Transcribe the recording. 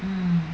mm